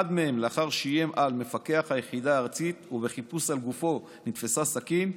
אחד מהם לאחר שאיים על מפקח היחידה הארצית ובחיפוש על גופו נתפסה סכין.